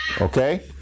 okay